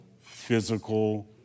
physical